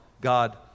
God